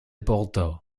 bordeaux